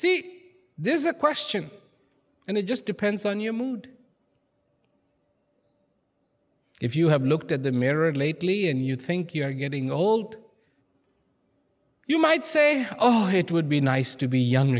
is a question and it just depends on your mood if you have looked at the mirror lately and you think you are getting old you might say oh it would be nice to be young